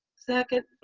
second.